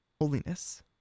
holiness